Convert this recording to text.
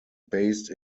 based